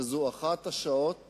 שזו אחת השעות